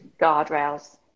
guardrails